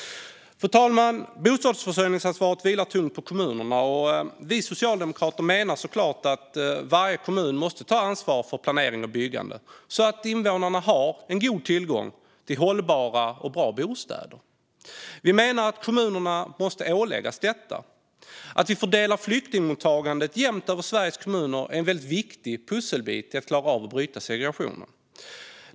Fru talman! Bostadsförsörjningsansvaret vilar tungt på kommunerna. Vi socialdemokrater menar såklart att varje kommun måste ta ansvar för planering och byggande, så att invånarna har god tillgång till hållbara och bra bostäder. Vi menar att kommunerna måste åläggas detta. Att vi fördelar flyktingmottagandet jämnt över Sveriges kommuner är en väldigt viktig pusselbit i att klara av att bryta segregationen.